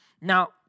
Now